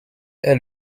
est